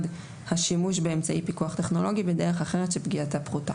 השימוש באמצעי פיקוח טכנולוגי בדרך אחרת שפגיעתה פחותה.